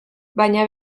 baina